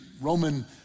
Roman